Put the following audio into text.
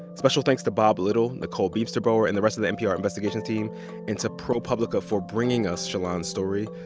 special thanks to bob little, nicole beemsterboer and the rest of the npr investigations team and to propublica for bringing us shalon's story.